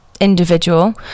individual